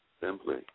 Simply